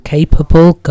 Capable